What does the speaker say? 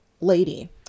lady